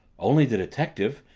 only the detective,